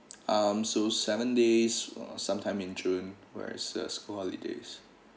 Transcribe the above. um so seven days uh sometime in june whereas it's a school holidays